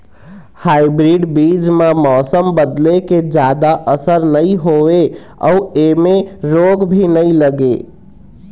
hybrid बीज म मौसम बदले के जादा असर नई होवे अऊ ऐमें रोग भी नई लगे